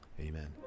Amen